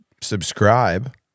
subscribe